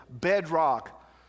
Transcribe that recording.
bedrock